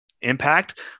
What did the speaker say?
impact